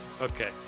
Okay